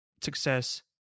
success